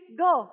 go